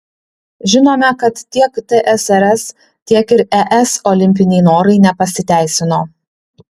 žinome kad tiek tsrs tiek ir es olimpiniai norai nepasiteisino